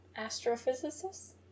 astrophysicist